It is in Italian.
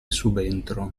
subentro